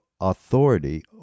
authority